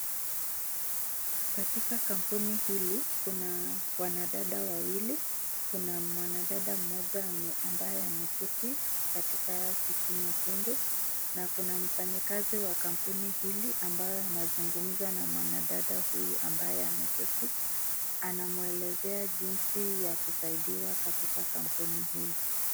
Katika kampuni hili kuna wanadada wawili, kuna mwadada mmoja ambaye ameketi katika kiti nyekudu na mfanya kazi wa kampuni hili ambaye anazungumza na mwanadada huyu ameketi amamwelezea jinsi ya kusaidiwa katika kampuni hili.